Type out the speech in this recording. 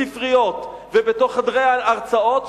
בספריות ובתוך חדרי ההרצאות,